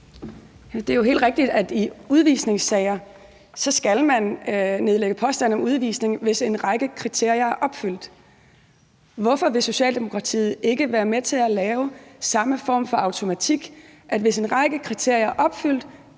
Det er jo helt rigtigt, at man i udvisningssager skal nedlægge påstand om udvisning, hvis en række kriterier er opfyldt. Hvorfor vil Socialdemokratiet ikke være med til at lave samme form for automatik, sådan at hvis en række kriterier er opfyldt,